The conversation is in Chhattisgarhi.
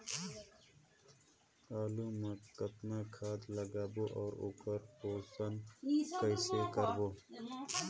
आलू मा कतना खाद लगाबो अउ ओकर पोषण कइसे करबो?